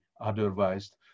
otherwise